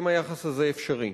האם היחס הזה אפשרי.